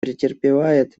претерпевает